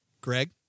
Greg